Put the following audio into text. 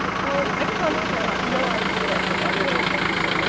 oh! i can't tell! i've no idea. it depends.